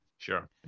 Sure